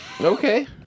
Okay